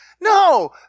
No